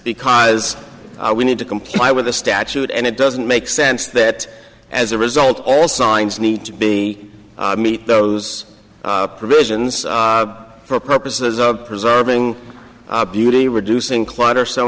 because we need to comply with the statute and it doesn't make sense that as a result all signs need to be meet those provisions for purposes of preserving our beauty reducing clutter so